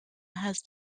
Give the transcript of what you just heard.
has